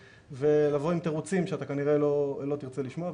ולבוא עם תירוצים שאתה כנראה לא תרצה לשמוע,